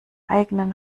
eigenen